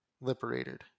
liberated